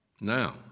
Now